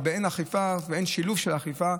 אבל כשאין שילוב עם אכיפה,